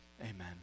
amen